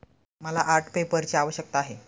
मला आर्ट पेपरची आवश्यकता आहे